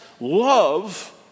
love